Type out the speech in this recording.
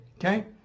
Okay